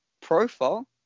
profile